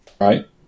right